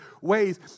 ways